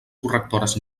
correctores